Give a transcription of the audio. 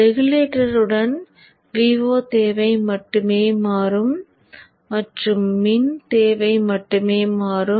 ரெகுலேட்டருடன் Vo தேவை மட்டுமே மாறும் மற்றும் மின் தேவை மட்டுமே மாறும்